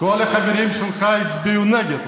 כל החברים שלך הצביעו נגד.